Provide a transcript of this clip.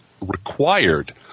required